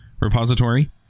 repository